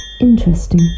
Interesting